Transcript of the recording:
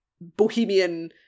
bohemian